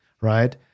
right